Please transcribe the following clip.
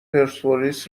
پرسپولیس